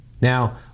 now